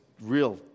real